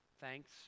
Thanks